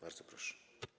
Bardzo proszę.